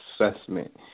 assessment